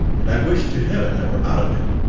and, i wish to heaven i were out of it!